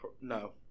No